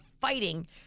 fighting